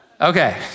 Okay